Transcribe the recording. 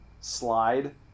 slide